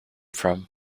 from